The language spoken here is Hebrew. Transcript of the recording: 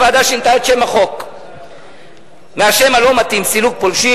הוועדה שינתה את שם החוק מהשם הלא מתאים: סילוק פולשים,